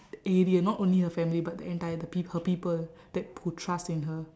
area ya not only her family but the entire the her people that who trust in her